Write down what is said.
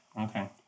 Okay